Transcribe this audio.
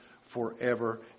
forever